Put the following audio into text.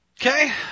Okay